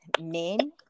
men